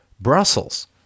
Brussels